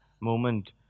moment